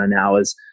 hours